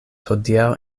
hodiaŭ